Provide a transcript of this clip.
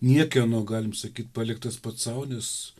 niekieno galim sakyt paliktas pats sau nes